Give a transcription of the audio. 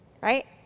right